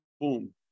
boom